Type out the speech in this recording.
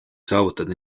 saavutada